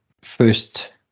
first